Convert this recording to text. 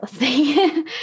listening